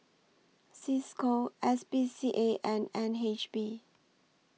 CISCO S P C A and N H B